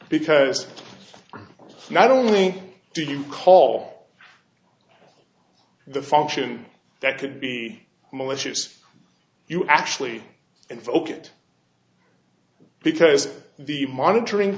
because not only do you call the function that could be malicious you actually invoke it because the monitoring